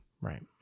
Right